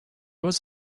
was